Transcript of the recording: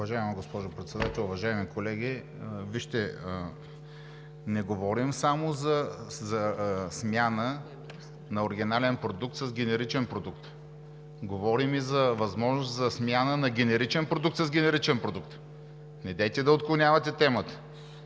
Уважаема госпожо Председател, уважаеми колеги! Вижте, не говорим само за смяна на оригинален продукт с генеричен продукт. Говорим и за възможност за смяна на генеричен продукт с генеричен продукт. Недейте да отклонявате темата,